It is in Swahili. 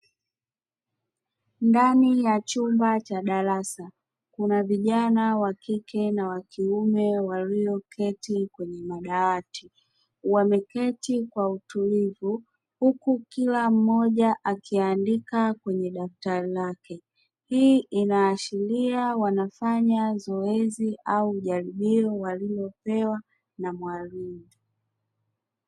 Ndani ya chumba cha darasa kuna vijana wakike na wakiume waliyoketi kwenye madawati wameketi kwa utulivu huku kila mmoja akiandika kwenye daftari lake, hii inaashiria wanafanya zoezi au jaribio walilopewa na mwalimu.